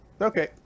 Okay